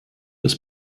das